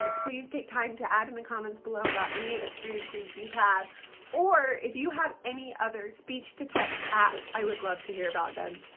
ah please take time to add in the comments below about any experiences you have or if you have any other speech-to-text apps i would love to hear about them.